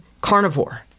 carnivore